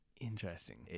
Interesting